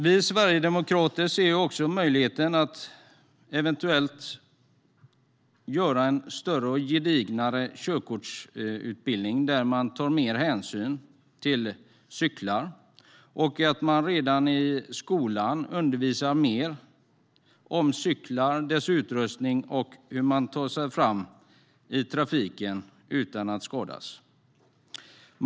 Vi sverigedemokrater ser också möjligheten att eventuellt göra en större och gedignare körkortsutbildning där man tar mer hänsyn till cykling och att man redan i skolan undervisar mer om cyklar, dess utrustning och hur man tar sig fram i trafiken utan att skadas.